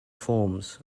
forms